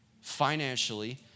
financially